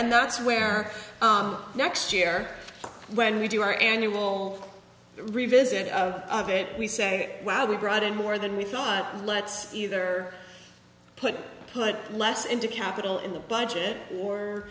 and that's where next year when we do our annual revisit of it we say wow we brought in more than we thought let's either put put less into capital in the budget or